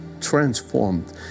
transformed